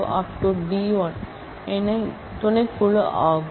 D l இன் subset ஆகும்